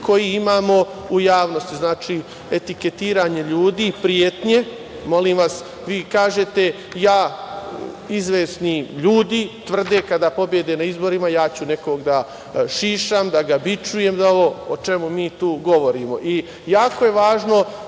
koji imamo u javnosti. Znači, etiketiranje ljudi, pretnje, molim vas, vi kažete, izvesni ljudi, tvrde kada pobede na izborima, ja ću nekog da šišam, da ga bičujem. O čemu mi tu govorimo? Jako je važno